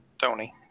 Tony